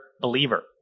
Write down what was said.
believer